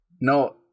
no